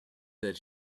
that